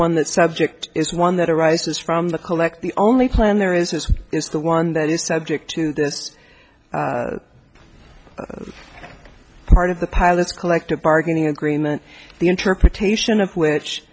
one that subject is one that arises from the collect the only plan there is is the one that is subject to this part of the pilot's collective bargaining agreement the interpretation of which